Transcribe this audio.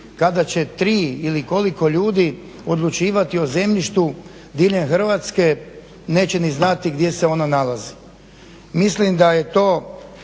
kada će tri ili koliko ljudi odlučivati o zemljištu diljem Hrvatske, neće ni znati gdje se ono nalazi. Mislim da je to